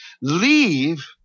leave